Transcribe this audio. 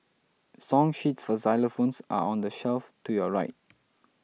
song sheets for xylophones are on the shelf to your right